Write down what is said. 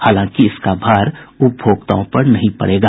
हालांकि इसका भार उपभोक्ताओं पर नहीं पड़ेगा